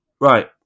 right